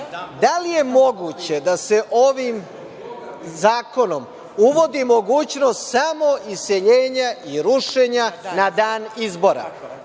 li je moguće da se ovim zakonom uvodi mogućnost samo iseljenja i rušenja na dan izbora?